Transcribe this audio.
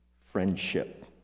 friendship